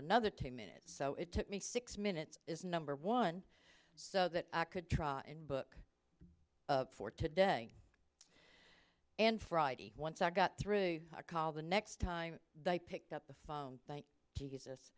another ten minutes so it took me six minutes is number one so that i could try and book of for today and friday once i got through the call the next time they picked up the phone thank jesus